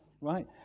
right